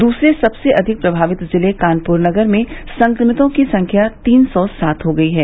दूसरे सबसे अधिक प्रभावित जिले कानप्र नगर में संक्रमितों की संख्या तीन सौ सात हो गई है